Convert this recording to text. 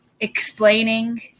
explaining